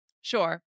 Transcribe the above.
Sure